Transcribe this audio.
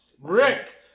Rick